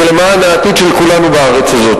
זה למען העתיד של כולנו בארץ הזאת.